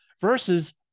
Versus